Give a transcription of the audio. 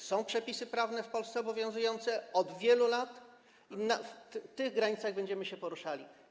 Są przepisy prawne w Polsce obowiązujące od wielu lat i w tych granicach będziemy się poruszali.